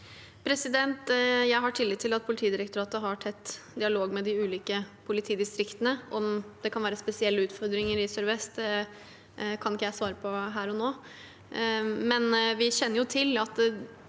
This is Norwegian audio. Jeg har tillit til at Politidirektoratet har tett dialog med de ulike politidistriktene. Om det kan være spesielle utfordringer i Sør-Vest, kan ikke jeg svare på her og nå, men vi kjenner til at